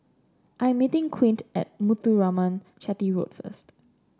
I am meeting Quint at Muthuraman Chetty Road first